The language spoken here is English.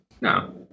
No